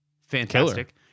fantastic